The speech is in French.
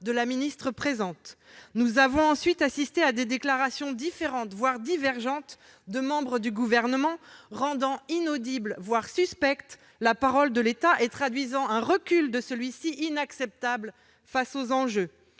-de la ministre présente. Nous avons ensuite assisté à des déclarations différentes, voire divergentes de membres du Gouvernement, rendant inaudible, voire suspecte, la parole de l'État et traduisant un recul inacceptable de ce dernier face aux enjeux.